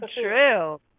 true